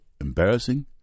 embarrassing